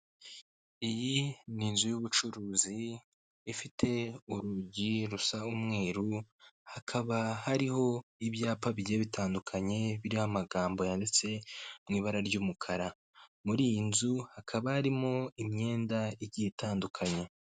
Iyi ni inzu y'ubucuruzi ifite urugi rusa umweru hakaba hariho ibyapa bijya bitandukanye biriho amagambo yanditsew m'ibara ry'umukara muri iyi nzu hakaba harimo imyenda igiye itandukanye.